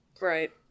Right